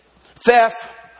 theft